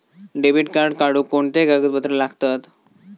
Debit card काढुक कोणते कागदपत्र लागतत?